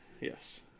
yes